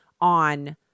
on